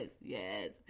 yes